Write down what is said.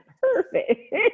perfect